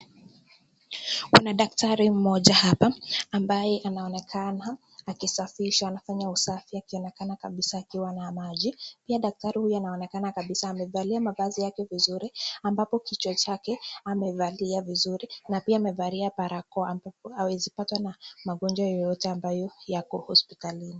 Kuna daktari mmoja hapa ambaye anaonekana akisafisha, anafanya usafi akionekana kabisa akiwa na maji. Pia daktari huyu anaonekana kabisa amevalia mavazi yake vizuri ambapo kichwa chake amevalia vizuri na pia amevalia barakoa ambapo hawezi patwa na magonjwa yoyote ambayo yako hospitalini.